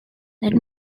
that